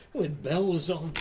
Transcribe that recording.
with bells on.